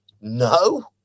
no